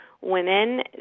women